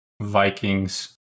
Vikings